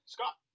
Scott